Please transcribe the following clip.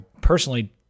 personally